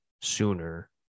sooner